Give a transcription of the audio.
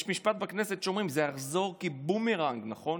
יש משפט בכנסת שאומרים: זה יחזור כבומרנג, נכון?